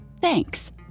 Thanks